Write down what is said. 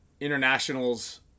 International's